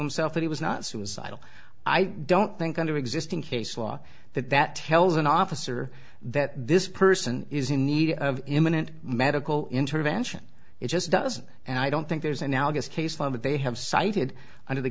himself that he was not suicidal i don't think under existing case law that that tells an officer that this person is in need of imminent medical intervention it just doesn't and i don't think there's analogous case law that they have cited under the